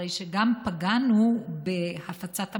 הרי שגם פגענו בהפצת המחלה,